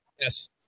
yes